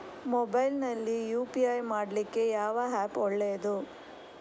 Mobile ನಲ್ಲಿ UPI ಮಾಡ್ಲಿಕ್ಕೆ ಯಾವ ಆ್ಯಪ್ ಒಳ್ಳೇದು?